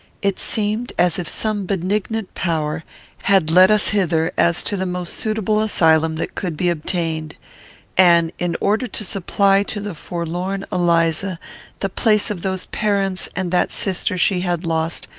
it seemed as if some benignant power had led us hither as to the most suitable asylum that could be obtained and, in order to supply to the forlorn eliza the place of those parents and that sister she had lost,